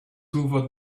hoovered